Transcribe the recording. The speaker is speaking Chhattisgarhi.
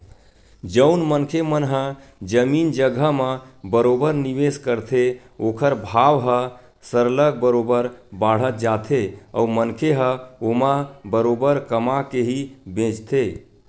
जउन मनखे मन ह जमीन जघा म बरोबर निवेस करथे ओखर भाव ह सरलग बरोबर बाड़त जाथे अउ मनखे ह ओमा बरोबर कमा के ही बेंचथे